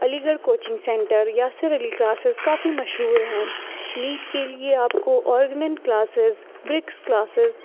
علی گڑھ coaching centre Yasir Ali classes کافی مشہور ہیں نیٹ کے لیے آپ کو آرگنن کلاسز برکس کلاسز